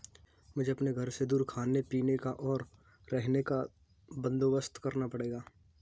मुझे अपने घर से दूर खाने पीने का, और रहने का बंदोबस्त करना पड़ेगा